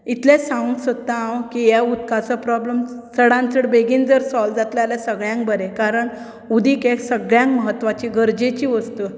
इतलेंच सागूंक सोदतां हांव की ह्या उदकाचो प्रोब्लम चडांत चड बेगीन जर सोल्व जातलें जाल्यार सगळ्यांक बरें कारण उदक हें सगळ्यांक म्हत्वाची गरजेची वस्तू